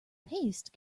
paste